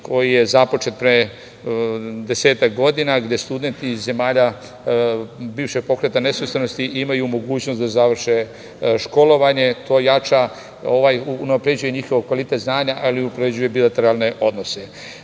koji je započet pre 10-ak godina, gde studenti iz zemalja bivšeg Pokreta nesvrstanosti imaju mogućnost da završe školovanje. To unapređuje njihov kvalitet znanja, ali unapređuje i bilateralne odnose.S